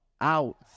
out